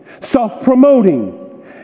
self-promoting